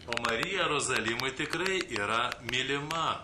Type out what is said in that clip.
pamaryje rozalima tikrai yra mylima